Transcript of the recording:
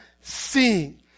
seeing